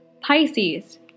Pisces